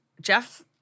Jeff